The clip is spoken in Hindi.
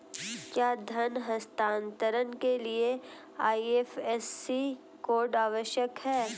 क्या धन हस्तांतरण के लिए आई.एफ.एस.सी कोड आवश्यक है?